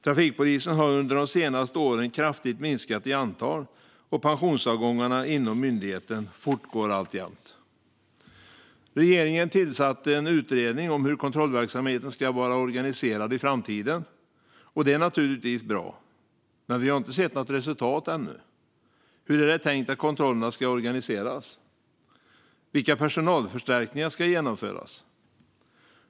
Trafikpolisen har under de senaste åren kraftigt minskat i antal anställda, och pensionsavgångarna inom myndigheten fortgår alltjämt. Regeringen tillsatte en utredning om hur kontrollverksamheten ska vara organiserad i framtiden. Det är naturligtvis bra, men vi har inte sett något resultat ännu. Hur är det tänkt att kontrollerna ska organiseras? Vilka personalförstärkningar ska genomföras?